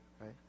Right